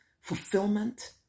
fulfillment